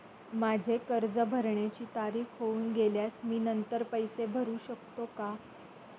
माझे कर्ज भरण्याची तारीख होऊन गेल्यास मी नंतर पैसे भरू शकतो का?